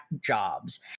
jobs